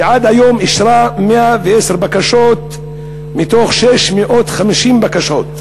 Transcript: שעד היום אישרה 110 בקשות מתוך 650 בקשות,